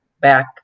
back